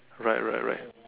right right right